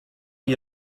you